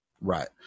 Right